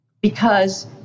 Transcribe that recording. because-